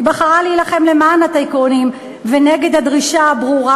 היא בחרה להילחם למען הטייקונים ונגד הדרישה הברורה